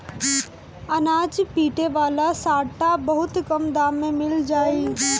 अनाज पीटे वाला सांटा बहुत कम दाम में मिल जाई